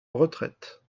retraite